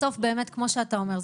בסוף באמת כמו שאתה אומר,